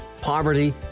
poverty